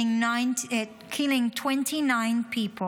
killing 29 people,